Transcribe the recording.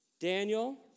Daniel